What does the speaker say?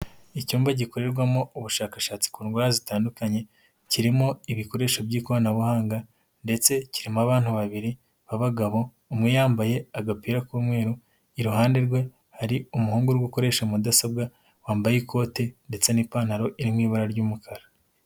Icyumba gikorerwamo ubushakashatsi ku ndwara zitandukanye, kirimo ibikoresho by'ikoranabuhanga, ndetse kirimo abantu babiri b'abagabo, umwe yambaye agapira k'umweru, iruhande rwe hari umuhungu uri gukoresha mudasobwa, wambaye ikote, ndetse n'ipantaro iri mu ibara ry'umukara.